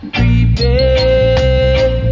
Prepare